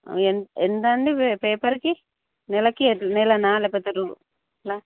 ఎంత ఎంతండి పేపర్కి నెలకి నెల నాలుబద్దరలా